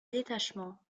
détachement